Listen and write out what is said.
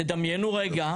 תדמיינו רגע,